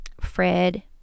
fred